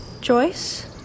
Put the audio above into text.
Joyce